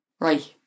right